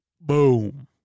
boom